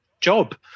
job